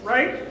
Right